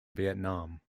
vietnam